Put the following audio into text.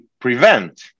prevent